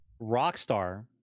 Rockstar